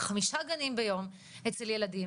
חמישה גנים ביום אצל ילדים,